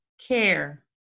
care